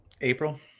April